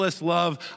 love